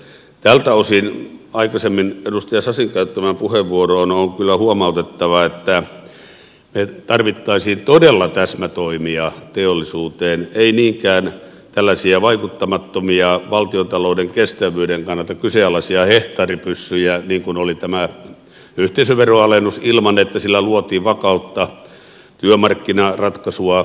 tältä osin aikaisemmin edustaja sasin käyttämään puheenvuoroon on kyllä huomautettava että tarvittaisiin todella täsmätoimia teollisuuteen ei niinkään tällaisia vaikuttamattomia valtiontalouden kestävyyden kannalta kyseenalaisia hehtaaripyssyjä niin kuin oli tämä yhteisöveroalennus ilman että sillä luotiin vakautta työmarkkinaratkaisua ja perustaa